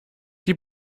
die